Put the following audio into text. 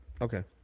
Okay